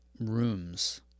rooms